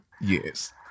Yes